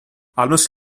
almost